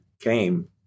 Came